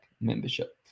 membership